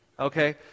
Okay